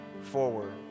forward